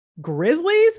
Grizzlies